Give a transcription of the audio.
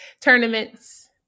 tournaments